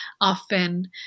often